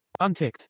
Unticked